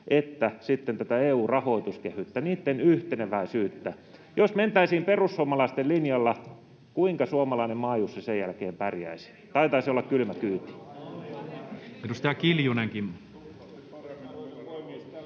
että sitten tätä EU:n rahoituskehystä, niitten yhteneväisyyttä? Jos mentäisiin perussuomalaisten linjalla, kuinka suomalainen maajussi sen jälkeen pärjäisi? Taitaisi olla kylmä kyyti.